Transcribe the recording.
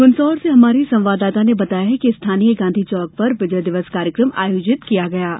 मंदसौर से हमारे संवाददाता ने बताया है कि स्थानीय गांधी चौक पर विजय दिवस कार्यक्रम आयोजित किया गया है